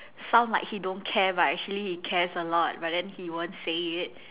sounds he like don't care but actually he cares a lot but then he won't say it